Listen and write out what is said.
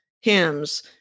hymns